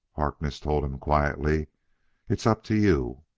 harkness told him quietly it's up to you!